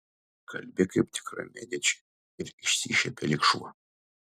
kalbi kaip tikra mediči ir išsišiepė lyg šuo